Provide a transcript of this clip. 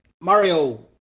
Mario